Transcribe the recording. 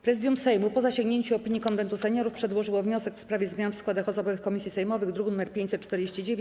Prezydium Sejmu, po zasięgnięciu opinii Konwentu Seniorów, przedłożyło wniosek w sprawie zmian w składach osobowych komisji sejmowych, druk nr 549.